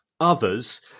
others